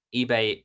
eBay